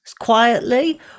quietly